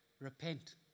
Repent